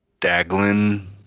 Daglin